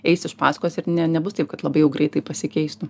eis iš paskos ir ne nebus taip kad labai jau greitai pasikeistų